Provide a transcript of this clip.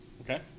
Okay